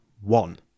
one